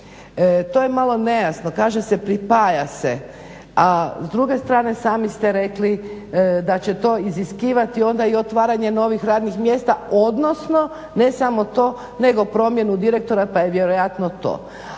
To je malo nejasno, kaže se pripaja se a s druge strane sami ste rekli da će to iziskivati onda i otvaranje novih radnih mjesta, odnosno ne samo to nego promjenu direktora pa je vjerojatno to.